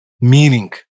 meaning